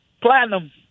Platinum